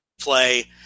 play